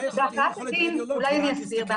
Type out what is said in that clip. אולי אני אסביר.